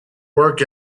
work